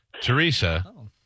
Teresa